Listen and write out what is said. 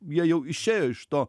jie jau išėjo iš to